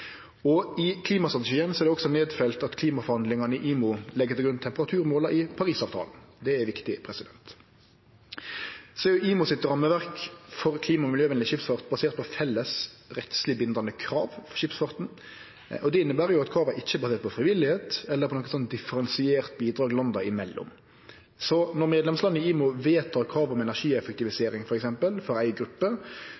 klimastrategien er det også nedfelt at klimaforhandlingane i IMO legg til grunn temperaturmåla i Parisavtalen. Det er viktig. IMOs rammeverk for klima- og miljøvenleg skipsfart er basert på felles rettsleg bindande krav for skipsfarten. Det inneber at krava ikkje er baserte på frivillig innsats eller på noko differensiert bidrag landa imellom. Så når medlemsland i IMO vedtek krav om